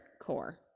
Core